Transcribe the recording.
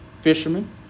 fishermen